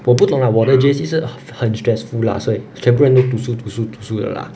我不懂啦我的 J_C 是很很 stressful lah 所以全部人就读书读书读书的啦